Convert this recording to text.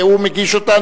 והוא מגיש אותה.